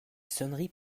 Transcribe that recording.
sonneries